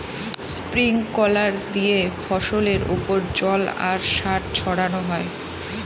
sprinkler দিয়ে ফসলের ওপর জল আর সার ছড়ানো হয়